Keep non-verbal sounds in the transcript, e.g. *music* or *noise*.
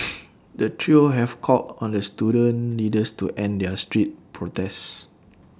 *noise* the trio have called on the student leaders to end their street protests